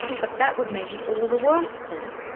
but that would make it all the worse for you.